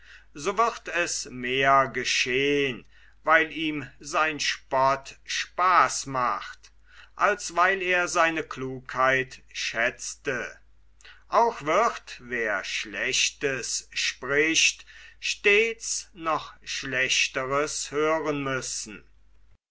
so wird es mehr geschehen weil ihm sein spott spaaß macht als weil er seine klugheit schätzte auch wird wer schlechtes spricht stets noch schlechteres hören müssen